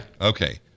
Okay